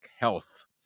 health